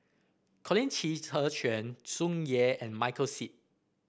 Colin Qi Zhe Quan Tsung Yeh and Michael Seet